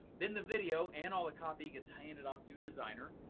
then the video, and all the copy, gets handed off to the designer,